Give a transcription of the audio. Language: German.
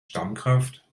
stammkraft